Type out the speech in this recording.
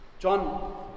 John